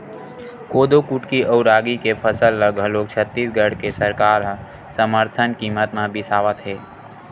कोदो कुटकी अउ रागी के फसल ल घलोक छत्तीसगढ़ के सरकार ह समरथन कीमत म बिसावत हे